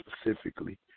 specifically